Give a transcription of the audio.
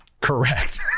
correct